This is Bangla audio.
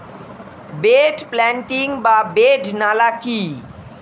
বেড প্লান্টিং বা বেড নালা কি?